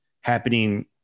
happening